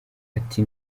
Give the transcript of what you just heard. ati